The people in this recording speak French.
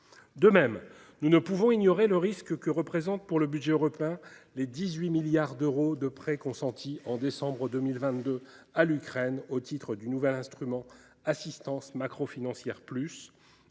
De même, nous ne pouvons ignorer le risque que représentent, pour le budget européen, les 18 milliards d’euros de prêts consentis en décembre 2022 à l’Ukraine au titre du nouvel instrument « assistance macrofinancière +».